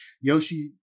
yoshi